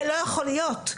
זה לא יכול להיות.